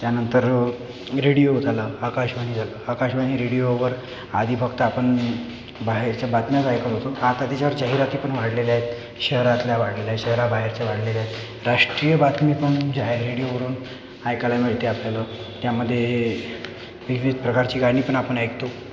त्यानंतर रेडिओ झालं आकाशवाणी झालं आकाशवाणी रेडिओवर आधी फक्त आपण बाहेरच्या बातम्याच ऐकत होतो आता त्याच्यावर जाहिराती पण वाढलेल्या आहेत शहरातल्या वाढलेल्या आहेत शहराबाहेरच्या वाढलेल्या आहेत राष्ट्रीय बातमी पण जी आहे ते रेडिओवरून ऐकायला मिळते आपल्याला त्यामध्ये विविध प्रकारची गाणी पण आपण ऐकतो